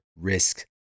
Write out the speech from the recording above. risk